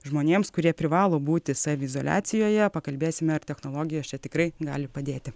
žmonėms kurie privalo būti saviizoliacijoje pakalbėsime ar technologijos čia tikrai gali padėti